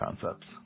concepts